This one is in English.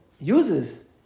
uses